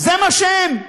זה מה שהם.